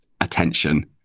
attention